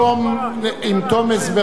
ולא יותר מעשר דקות,